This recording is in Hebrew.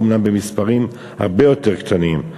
אומנם במספרים הרבה יותר קטנים.